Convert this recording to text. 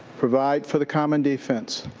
provide for the common defense,